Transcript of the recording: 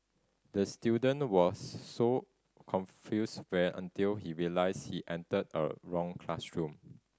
the student was so confused while until he realised he entered the wrong classroom